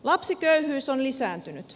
lapsiköyhyys on lisääntynyt